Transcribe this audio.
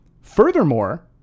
Furthermore